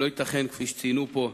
לא ייתכן, כפי שציינו פה,